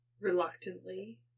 reluctantly